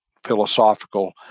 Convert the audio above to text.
philosophical